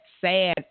sad